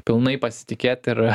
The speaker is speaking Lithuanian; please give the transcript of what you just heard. pilnai pasitikėt ir